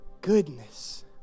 goodness